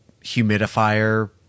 humidifier